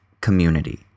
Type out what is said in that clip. community